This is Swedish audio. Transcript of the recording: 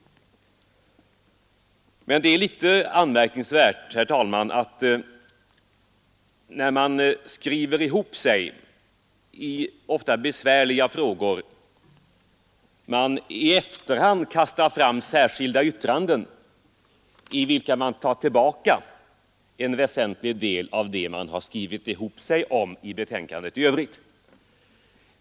Men det är litet anmärkningsvärt, herr talman, att utskottsledamöter — sedan utskottet skrivit ihop sig i ofta rätt besvärliga frågor — i efterhand kastar fram särskilda yttranden i vilka de tar tillbaka en väsentlig del av det man skrivit ihop sig om i betänkandet i övrigt.